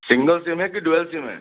single SIM है कि dual SIM है